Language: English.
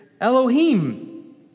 Elohim